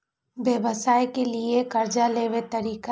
व्यवसाय के लियै कर्जा लेबे तरीका?